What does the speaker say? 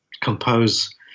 compose